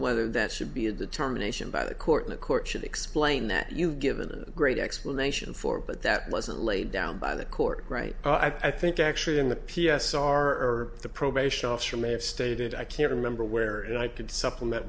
whether that should be a determination by the court in a court should explain that you've given a great explanation for it but that wasn't laid down by the court right i think actually in the p s r the probation officer may have stated i can't remember where it and i could supplement